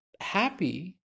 happy